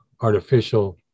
artificial